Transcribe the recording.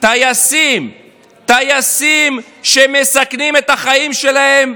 טייסים שמסכנים את החיים שלהם,